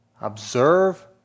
observe